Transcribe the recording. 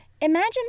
Imagine